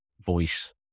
voice